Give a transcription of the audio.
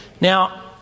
Now